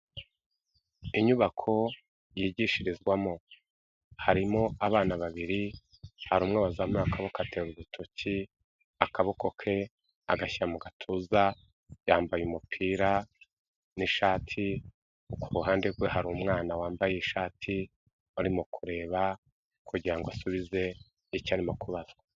Inyubako yigishirizwamo harimo abana babiri hari umwe wazamuye akaboko atera urutoki akaboko ke agashyira mu gatuza, yambaye umupira n'ishati, ku ruhande rwe hari umwana wambaye ishati urimo kureba kugira ngo asubize icyo arimo kubazwa.